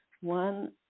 One